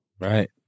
Right